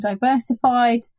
diversified